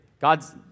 God's